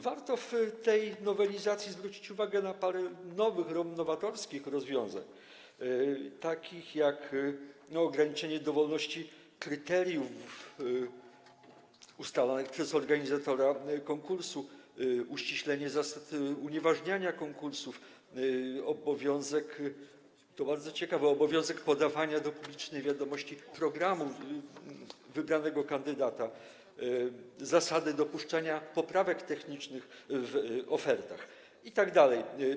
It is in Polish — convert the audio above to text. Warto w tej nowelizacji zwrócić uwagę na parę nowych, nowatorskich rozwiązań, takich jak: ograniczenie dowolności ustalania kryteriów przez organizatora konkursu, uściślenie zasad unieważniania konkursów, obowiązek, to bardzo ciekawe, podawania do publicznej wiadomości programu wybranego kandydata, określenie zasad dopuszczania poprawek technicznych w ofertach itd.